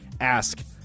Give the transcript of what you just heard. ask